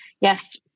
yes